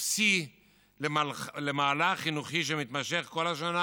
הוא שיא למהלך חינוכי שמתמשך כל השנה,